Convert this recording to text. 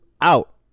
out